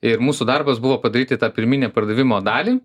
ir mūsų darbas buvo padaryti tą pirminę pardavimo dalį